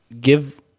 give